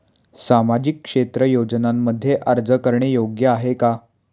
सामाजिक क्षेत्र योजनांमध्ये अर्ज करणे योग्य आहे का?